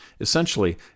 Essentially